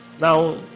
Now